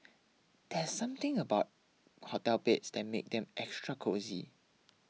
there's something about hotel beds that makes them extra cosy